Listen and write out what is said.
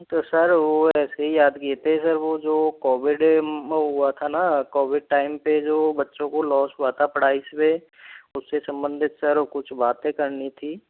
तो सर वो ऐसे ही याद किए थे सर वो जो कोविड में हुआ था ना कोविड टाइम पर जो बच्चोन को लॉस हुआ था पढ़ाई से उस से संबंधित सर कुछ बातें करनी थी